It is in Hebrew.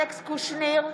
אלכס קושניר,